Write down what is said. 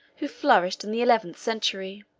who flourished in the eleventh century.